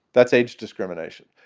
that's age discrimination.